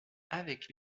avec